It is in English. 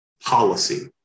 policy